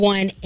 One